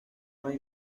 más